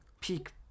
peak